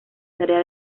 tarea